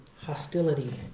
hostility